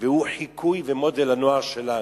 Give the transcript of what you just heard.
והוא חיקוי ומודל לנוער שלנו,